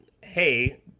hey